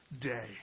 day